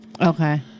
Okay